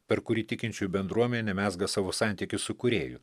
per kurį tikinčiųjų bendruomenė mezga savo santykius su kūrėju